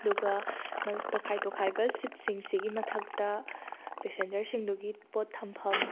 ꯑꯗꯨꯒ ꯃ ꯇꯣꯈꯥꯏ ꯇꯣꯈꯥꯏꯕ ꯁꯤꯠꯁꯤꯡꯁꯤꯒꯤ ꯃꯊꯛꯇ ꯄꯦꯁꯦꯟꯖꯔꯁꯤꯡꯗꯨꯒꯤ ꯄꯣꯠ ꯊꯝꯐꯝ